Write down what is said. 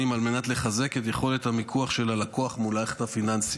על מנת לחזק את יכולת המיקוח של הלקוח מול המערכת הפיננסית.